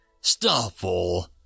Starfall